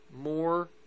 more